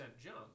jump